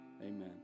Amen